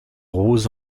rose